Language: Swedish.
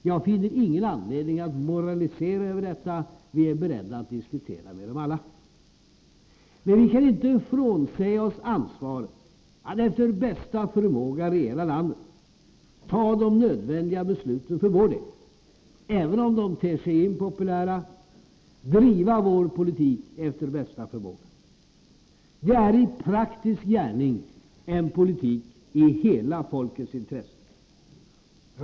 Jag finner ingen anledning att moralisera över detta, vi är beredda att diskutera med dem alla. Men vi kan inte frånsäga oss ansvaret att regera landet, ta de nödvändiga besluten, även om de ter sig impopulära, driva vår politik efter bästa förmåga. Det är i praktisk gärning en politik i hela folkets intresse.